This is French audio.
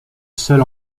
seul